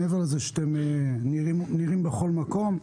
מעבר לזה שאתם נראים בכל מקום.